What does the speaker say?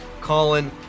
Colin